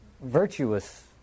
virtuous